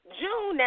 june